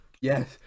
yes